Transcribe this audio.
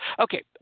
okay